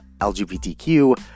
LGBTQ